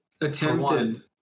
Attempted